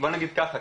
בוא נגיד ככה,